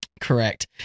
Correct